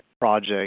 project